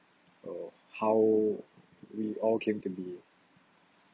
uh how we all came to be